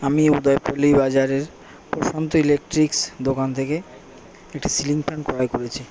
আমি উদয়পল্লি বাজারের প্রশান্ত ইলেকট্রিক্স দোকান থেকে একটি সিলিং ফ্যান ক্রয় করেছি